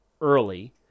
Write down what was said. early